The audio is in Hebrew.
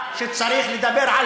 כשתהיה לך זכות דיבור לדבר.